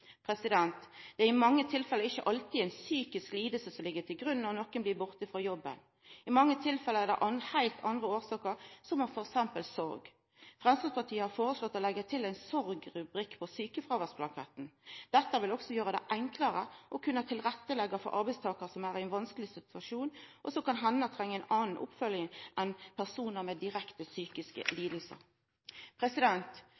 Det er i mange tilfelle ikkje alltid ei psykisk liding som ligg til grunn når nokon blir borte frå jobben. I mange tilfelle er det heilt andre årsaker, som f.eks. sorg. Framstegspartiet har foreslått å leggja til ein sorgrubrikk på sjukefråværsblanketten. Dette vil òg gjera det enklare å leggja til rette for arbeidstakarar som er i ein vanskeleg situasjon, og som kan hende treng ei anna oppfølging enn personar med direkte psykiske